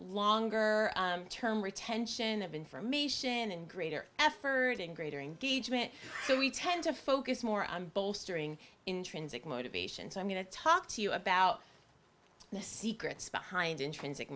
longer term retention of information and greater effort and greater engagement so we tend to focus more on bolstering intrinsic motivation so i'm going to talk to you about the secrets behind intrinsic